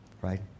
right